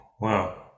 Wow